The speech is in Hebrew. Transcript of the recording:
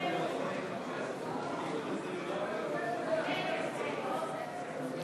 הנצחת זכרם של קורבנות הטבח בכפר-קאסם,